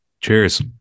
Cheers